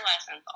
lessons